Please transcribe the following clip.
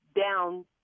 down